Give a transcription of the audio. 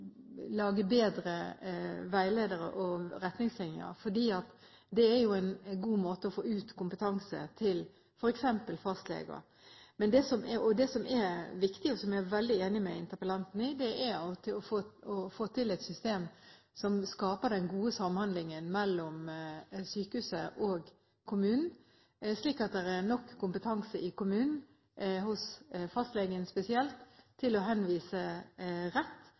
lage bedre veiledere og retningslinjer, for det er jo en god måte å få ut kompetanse, til f.eks. fastleger, men det som er viktig, og som jeg er veldig enig med interpellanten i, er å få til et system som skaper den gode samhandlingen mellom sykehuset og kommunen, slik at det er nok kompetanse i kommunen, hos fastlegen spesielt, til å henvise